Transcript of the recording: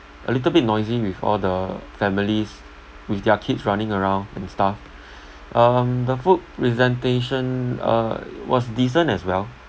a little bit noisy with all the families with their kids running around and stuff um the food presentation uh was decent as well